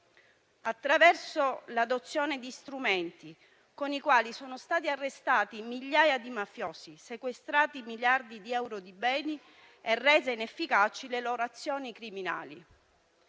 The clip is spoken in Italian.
attraverso l'adozione di strumenti con i quali sono stati arrestati migliaia di mafiosi, sequestrati miliardi di euro di beni e rese inefficaci le loro azioni criminali.